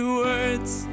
words